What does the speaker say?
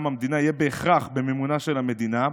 המדינה יהיה בהכרח במימונה של המדינה,